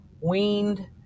weaned